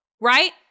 right